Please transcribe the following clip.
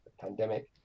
pandemic